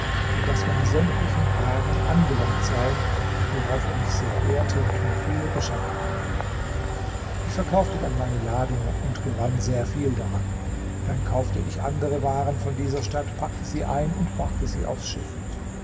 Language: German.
und daß meine sämtlichen waren angelangt seien worauf er mich sehr ehrte und mir viele geschenke machte ich verkaufte dann meine ladung und gewann sehr viel daran dann kaufte ich andere waren von dieser stadt packte sie ein und brachte sie aufs schiff